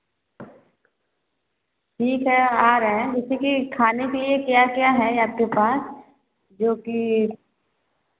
ठीक है आ रहे हैं जैसे कि खाने के लिए क्या क्या है आपके पास जो कि